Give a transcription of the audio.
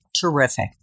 Terrific